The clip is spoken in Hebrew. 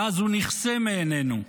ואז הוא נכסה מעיננו,